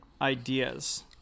ideas